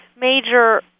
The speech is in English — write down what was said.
major